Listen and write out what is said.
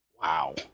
Wow